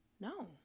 No